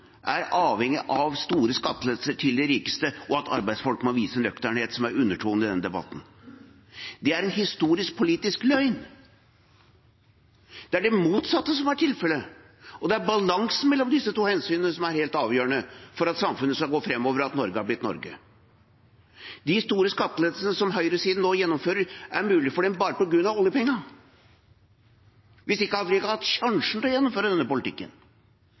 er avhengig av store skattelettelser til de rikeste, og at arbeidsfolk må vise nøkternhet, som er undertonen i denne debatten. Det er en historisk politisk løgn. Det er det motsatte som er tilfellet. Det er balansen mellom disse to hensynene som er helt avgjørende for at samfunnet skal gå framover, og for at Norge har blitt Norge. De store skattelettelsene som høyresiden nå gjennomfører, er mulig for dem bare på grunn av oljepengene. Hvis ikke hadde vi ikke hatt sjansen til å gjennomføre den politikken.